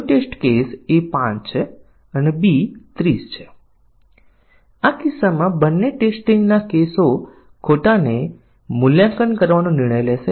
આપણે black box પરીક્ષણમાં input data પર મોડેલ બનાવી અને ટેસ્ટ કેસ પેદા કરવાના છે